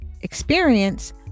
experience